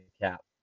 cap